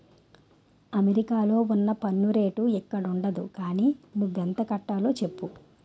అమెరికాలో ఉన్న పన్ను రేటు ఇక్కడుండదు గానీ నువ్వెంత కట్టాలో చెప్పు